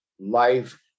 life